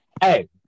Hey